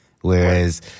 whereas